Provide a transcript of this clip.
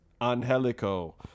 Angelico